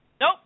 Nope